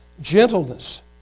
Gentleness